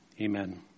Amen